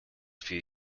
few